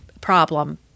problem